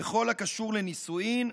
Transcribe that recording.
בכל הקשור לנישואין,